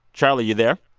charlie, you there?